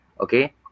okay